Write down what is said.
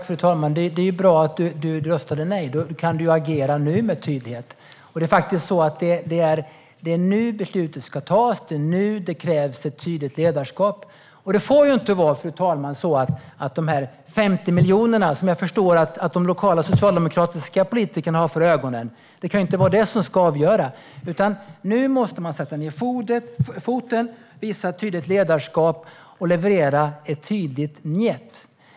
Fru talman! Det är bra att försvarsministern röstade nej. Då kan du agera nu med tydlighet. Det är nu beslutet ska fattas. Det är nu det krävs ett tydligt ledarskap. Det får inte vara så, fru talman, att det är de 50 miljonerna, som jag förstår att de lokala socialdemokratiska politikerna har för ögonen, som ska avgöra. Nu måste man sätta ned foten, visa tydligt ledarskap och leverera ett tydligt njet.